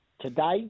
Today